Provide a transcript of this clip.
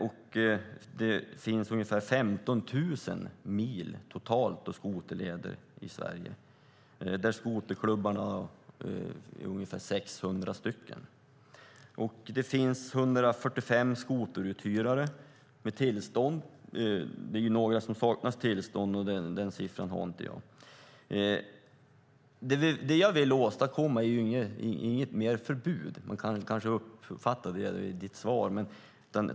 Det finns totalt ungefär 15 000 mil skoterleder i Sverige. Skoterklubbarna är ungefär 600 stycken. Det finns 145 skoteruthyrare med tillstånd. Det finns också några som saknar tillstånd, men den siffran har inte jag. Det jag vill åstadkomma är inget mer förbud. Man kan kanske uppfatta det så av ditt svar.